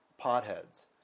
potheads